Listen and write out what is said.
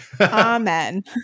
Amen